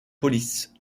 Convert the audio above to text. police